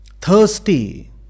thirsty